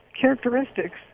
characteristics